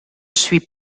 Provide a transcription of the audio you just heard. suis